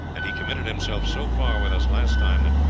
and he committed himself so far with us last time that,